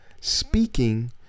speaking